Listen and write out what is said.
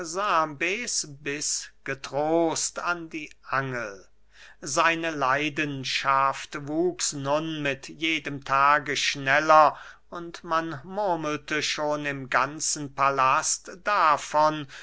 biß getrost an die angel seine leidenschaft wuchs nun mit jedem tage schneller und man murmelte schon im ganzen palast davon